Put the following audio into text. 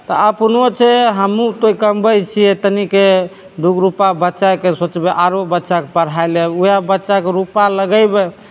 तऽ अपनो छै हमहुँ तोँइ कमबैत छियै तऽ तनिके दुगो रुपा बचाइके सोचबै आरो बच्चाके पढ़ाइ लए ओहए बच्चाके रुपा लगैबै